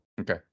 Okay